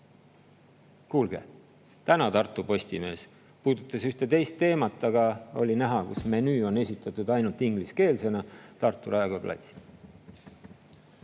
Kuulge! Täna Tartu Postimees puudutas ühte teist teemat, aga oli näha, kuidas menüü on esitatud ainult ingliskeelsena – Tartu Raekoja platsil.